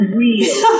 real